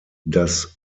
das